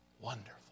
wonderful